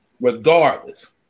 regardless